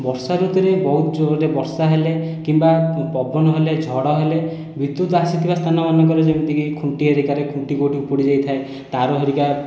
ବର୍ଷା ଋତୁରେ ବହୁତ ଜୋରରେ ବର୍ଷା ହେଲେ କିମ୍ବା ପବନ ହେଲେ ଝଡ଼ ହେଲେ ବିଦ୍ୟୁତ ଆସିଥିବା ସ୍ଥାନମାନଙ୍କରେ ଯେମିତିକି ଖୁଣ୍ଟି ହେରିକାରେ ଖୁଣ୍ଟି କେଉଁଠି ଉପୁଡ଼ି ଯାଇଥାଏ ତାର ହେରିକା